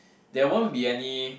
there won't be any